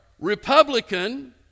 Republican